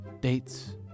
dates